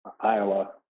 Iowa